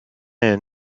ihnen